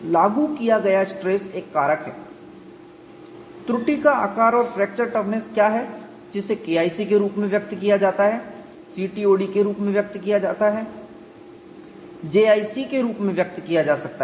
लागू किया गया स्ट्रेस एक कारक है त्रुटि का आकार और फ्रैक्चर टफनेस क्या है जिसे KIC के रूप में व्यक्त किया जा सकता है CTOD के रूप में व्यक्त किया जा सकता है JIC के रूप में व्यक्त किया जा सकता है